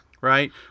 Right